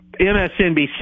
MSNBC